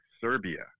Serbia